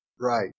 Right